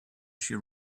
she